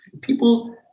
people